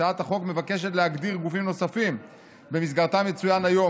הצעת החוק מבקשת להגדיר גופים נוספים שבמסגרתם יצוין היום,